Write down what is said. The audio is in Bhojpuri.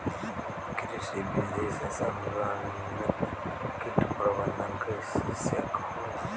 कृषि विधि से समन्वित कीट प्रबंधन कइसे होला?